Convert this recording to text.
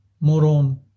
moron